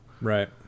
Right